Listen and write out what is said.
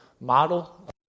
model